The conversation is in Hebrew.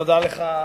תודה לך,